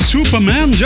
Superman